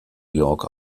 york